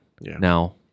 now